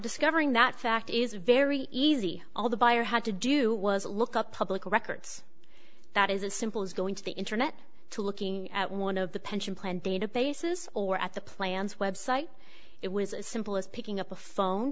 discovering that fact is very easy all the buyer had to do was look up public records that is as simple as going to the internet to looking at one of the pension plan databases or at the plan's website it was as simple as picking up a phone